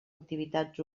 activitats